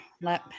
Let